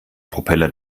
propeller